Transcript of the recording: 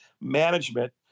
management